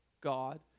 God